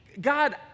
God